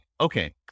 Okay